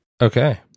Okay